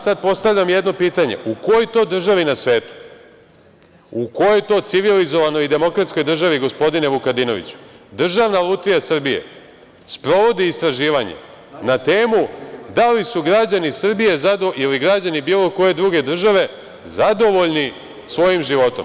Sad postavljam jedno pitanje, u kojoj to državi na svetu, u kojoj to civilizovanoj demokratskoj državi, gospodine Vukadinoviću, Državna lutrija Srbije sprovodi istraživanje na temu da li su građani Srbije ili građani bilo koje druge države zadovoljni svojim životom?